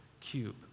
cube